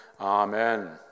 Amen